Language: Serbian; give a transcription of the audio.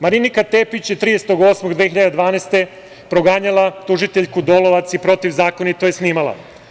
Marinika Tepić je 30. avgusta 2012. godine proganjala tužiteljku Dolovac i protivzakonito je snimala.